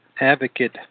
advocate